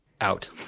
out